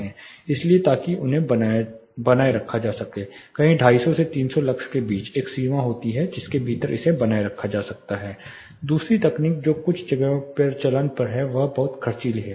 इसलिए ताकि उन्हें बनाए रखा जा सके कहीं 250 से 350 लक्स के बीच एक सीमा होती है जिसके भीतर इसे बनाए रखा जा सकता है दूसरी तकनीक जो कुछ जगहों पर चलन में है यह बहुत खर्चीली है